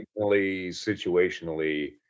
situationally